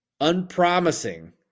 Unpromising